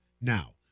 Now